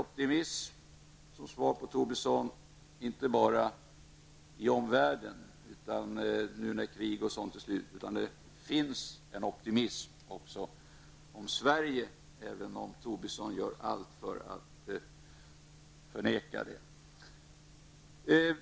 Som svar till Lars Tobisson vill jag säga att det nu när kriget tagit slut finns en optimism inte bara i omvärlden utan också i Sverige, även om Lars Tobisson gör allt för att förneka det.